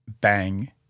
bang